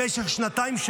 במשך שנתיים,